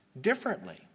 differently